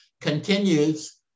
continues